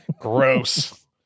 Gross